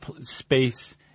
space